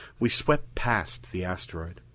we swept past the asteroid.